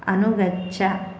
अनुगच्छ